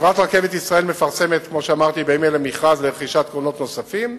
חברת "רכבת ישראל" מפרסמת בימים אלה מכרז לרכישת קרונות נוספים,